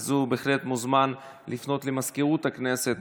אז הוא בהחלט מוזמן לפנות למזכירת הכנסת